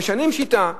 משנים שיטה,